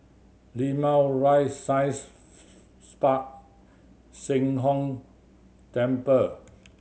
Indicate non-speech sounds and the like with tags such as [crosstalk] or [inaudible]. Limau Rise Science [unintelligible] Park Sheng Hong Temple